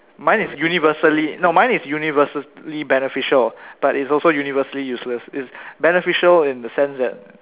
mine is universally no mine is universally beneficial but it's also universally useless it's beneficial in the sense that